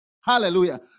Hallelujah